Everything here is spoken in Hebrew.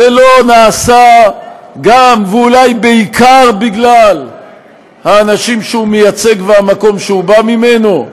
זה לא נעשה גם ואולי בעיקר בגלל האנשים שהוא מייצג והמקום שהוא בא ממנו?